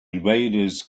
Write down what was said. invaders